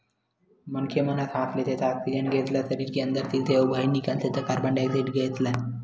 मनखे मन ह सांस लेथे त ऑक्सीजन गेस ल सरीर के अंदर तीरथे अउ बाहिर निकालथे त कारबन डाईऑक्साइड ऑक्साइड गेस ल